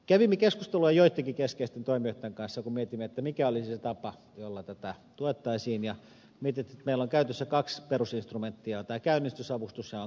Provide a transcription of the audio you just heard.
kävimme keskustelua joittenkin keskeisten toimijoitten kanssa kun mietimme mikä olisi se tapa jolla tätä tuettaisiin ja todettiin että meillä on käytössä kaksi perusinstrumenttia on tämä käynnistysavustus ja on korkotuki